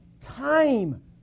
time